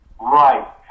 Right